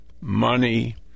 money